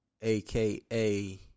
aka